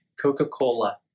Coca-Cola